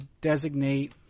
designate